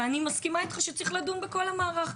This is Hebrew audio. ואני מסכימה איתך שצריך לדון בכל המערך,